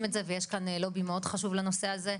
את זה ויש כאן לובי חשוב מאוד לנושא הזה,